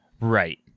Right